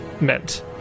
meant